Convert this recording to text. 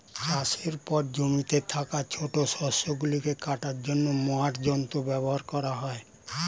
চাষের পর জমিতে থাকা ছোট শস্য গুলিকে কাটার জন্য মোয়ার যন্ত্র ব্যবহার করা হয়